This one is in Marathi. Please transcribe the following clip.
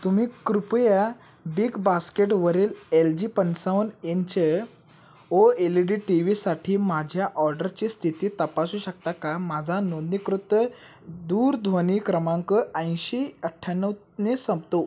तुम्ही कृपया बिग बास्केटवरील एल जी पंचावन्न inch O L E D T व्हीसाठी माझ्या ऑर्डरची स्थिती तपासू शकता का माझा नोंंदणीकृत दूरध्वनी क्रमांक ऐंशी अठ्ठ्याण्णवने संपतो